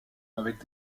avec